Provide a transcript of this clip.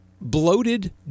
bloated